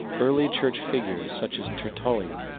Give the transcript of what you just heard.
early church figures, such as tortullian,